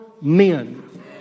men